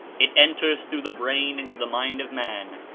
it enters through the brain into the mind of man,